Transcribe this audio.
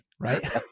Right